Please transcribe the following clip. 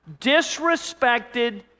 disrespected